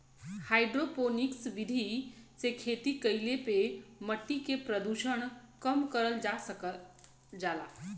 hydroponics विधि से खेती कईले पे मट्टी के प्रदूषण कम करल जा सकल जाला